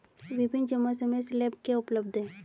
विभिन्न जमा समय स्लैब क्या उपलब्ध हैं?